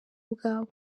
bwabo